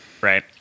Right